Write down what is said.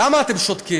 למה אתם שותקים?